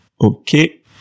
okay